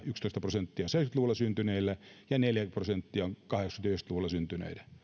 yksitoista prosenttia seitsemänkymmentä luvulla syntyneiden ja neljä prosenttia on kahdeksankymmentä viiva yhdeksänkymmentä luvuilla syntyneiden